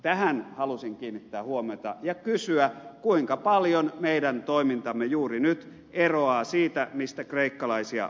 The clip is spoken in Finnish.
tähän halusin kiinnittää huomiota ja kysyä kuinka paljon meidän toimintamme juuri nyt eroavat siitä mistä kreikkalaisia moitimme